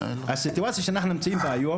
הסיטואציה שבה אנחנו נמצאים היום,